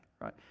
right